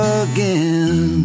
again